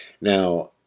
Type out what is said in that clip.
Now